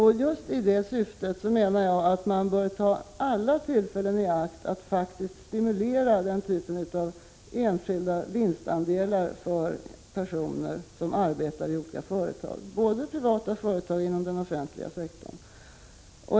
Just därför bör man, enligt min mening, ta alla tillfällen i akt för att faktiskt stimulera till införande av enskilda vinstandelar för personer som arbetar i olika företag. Det gäller både privata företag och företag inom den offentliga sektorn.